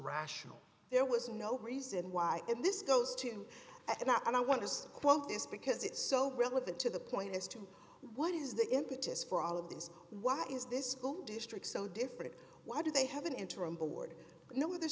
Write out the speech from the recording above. rational there was no reason why and this goes to that and i want to just quote this because it's so relevant to the point as to what is the impetus for all of these why is this school district so different why do they have an interim board no the